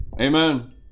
Amen